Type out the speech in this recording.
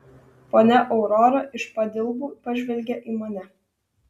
ponia aurora iš padilbų pažvelgė į mane